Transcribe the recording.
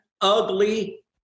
ugly